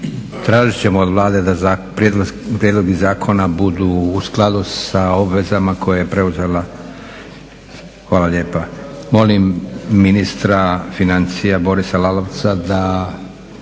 Tražit ćemo od Vlade da prijedlozi zakona budu u skladu s obvezama koje je preuzela. Hvala lijepa. Molim ministra financija Borisa Lalovca da